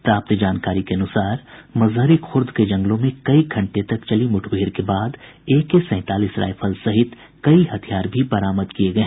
प्राप्त जानकारी के अनुसार मजहरी खुर्द के जंगलों में कई घंटे तक चली मुठभेड़ के बाद एके सैंतालीस रायफल सहित कई हथियार भी बरामद किये गये